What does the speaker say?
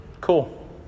cool